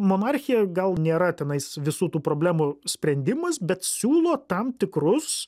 monarchija gal nėra tenais visų tų problemų sprendimas bet siūlo tam tikrus